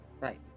Right